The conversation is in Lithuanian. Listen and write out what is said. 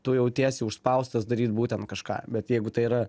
tu jautiesi užspaustas daryt būtent kažką bet jeigu tai yra